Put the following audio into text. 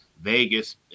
Vegas